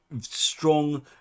strong